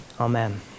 Amen